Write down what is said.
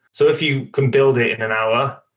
so if you can build it in an hour,